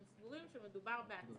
הם סבורים שמדובר בהצפה.